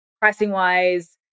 pricing-wise